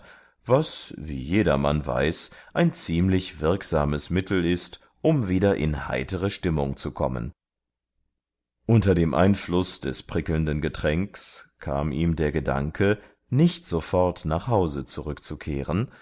was wie jedermann weiß ein ziemlich wirksames mittel ist um wieder in heitere stimmung zu kommen unter dem einfluß des prickelnden getränks kam ihm der gedanke nicht sofort nach hause zurückzukehren